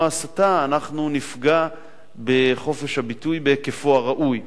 הסתה אנחנו נפגע בחופש הביטוי בהיקפו הראוי.